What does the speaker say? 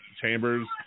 chambers